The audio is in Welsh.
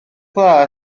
dda